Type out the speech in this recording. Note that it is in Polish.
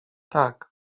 tak